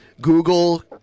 google